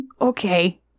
Okay